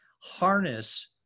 harness